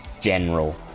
General